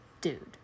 dude